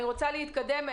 אני רוצה להתקדם.